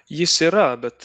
jis yra bet